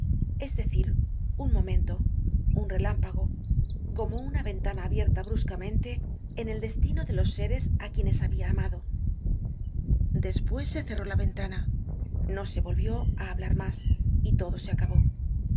es decir un momento un relámpago como una ventana abierta bruscamente en el destino de los seres á quienes habia amado despues se cerró la ventana no se volvió á hablar mas y todo se acabó